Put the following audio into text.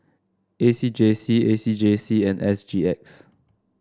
A C J C A C J C and S G X